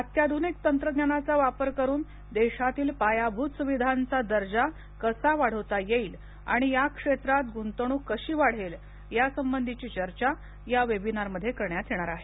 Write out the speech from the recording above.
अत्याधुनिक तंत्रज्ञानाचा वापर करून देशातील पायाभूत सुविधांचा दर्जा कसा वाढवता येईल आणि या क्षेत्रात गुंतवणूक कशी वडेल या संबधीची चर्चा या वेबिनार मध्ये करण्यात येणार आहे